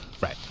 Right